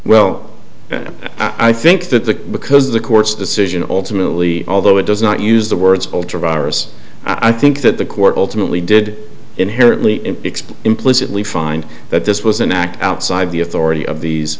well i think that the because of the court's decision ultimately although it does not use the words virus i think that the court ultimately did inherently in expose implicitly find that this was an act outside the authority of these